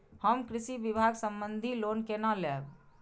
हम कृषि विभाग संबंधी लोन केना लैब?